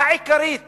העיקרית